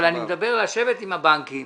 אני מציע לשבת עם הבנקים